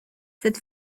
cette